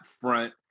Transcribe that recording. front